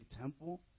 temple